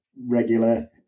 regular